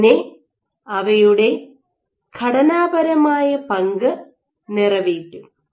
അങ്ങനെ അവയുടെ ഘടനാപരമായ പങ്ക് നിറവേറ്റും